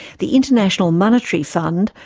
the international monetary fund,